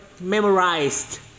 memorized